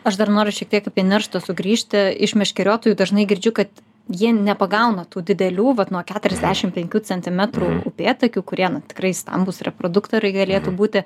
aš dar noriu šiek tiek apie nerštą sugrįžti iš meškeriotojų dažnai girdžiu kad jie nepagauna tų didelių vat nuo keturiasdešim penkių centimetrų upėtakių kurie na tikrai stambūs reproduktoriai galėtų būti